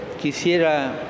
quisiera